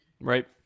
right